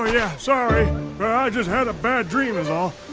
yeah. sorry. i just had a bad dream is all.